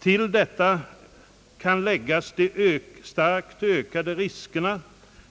Till detta kan läggas de starkt ökade riskerna